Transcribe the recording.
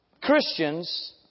Christians